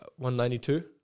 192